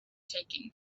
taken